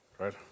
Right